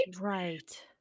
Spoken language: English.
right